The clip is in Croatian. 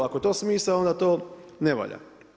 Ako je to smisao onda to ne valja.